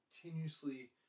continuously